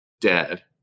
dead